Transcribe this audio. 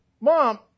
Mom